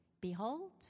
Behold